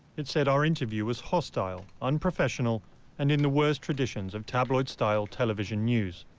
it said our interview was hostile, unprofessional and in the worst traditions of tabloid-style television news.